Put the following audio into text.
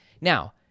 Now